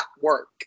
work